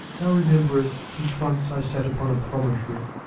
thou rememb'rest since once i sat upon a promontory,